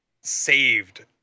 saved